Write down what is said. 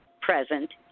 present